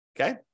okay